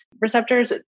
receptors